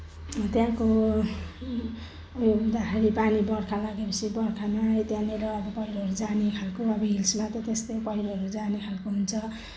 त्यहाँको उयो हुँदाखेरि पानी बर्खा लागेपछि बर्खामा त्यहाँनिर अब पहिरोहरू जाने खालको अब हिल्समा त त्यस्तै हो पहिरोहरू जाने खालको हुन्छ